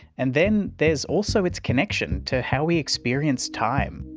and then there's also its connection to how we experience time.